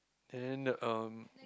and erm